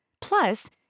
Plus